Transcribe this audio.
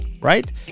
right